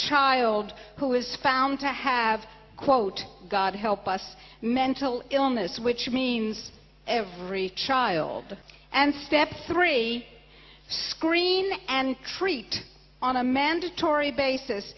child who was found to have quote got help us mental illness which means every child and step three screen and treat on a mandatory